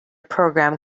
program